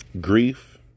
grief